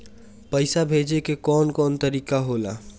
पइसा भेजे के कौन कोन तरीका होला?